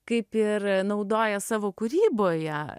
kaip ir naudoja savo kūryboje